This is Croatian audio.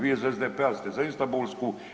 Vi iz SDP-a ste za istambulsku.